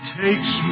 takes